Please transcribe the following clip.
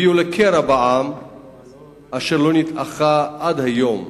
הביא לקרע בעם אשר לא נתאחה עד היום.